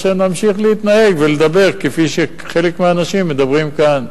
אז שנמשיך להתנהל ולדבר כפי שחלק מהאנשים מדברים כאן.